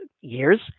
years